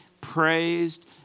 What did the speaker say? praised